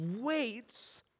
waits